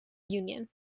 union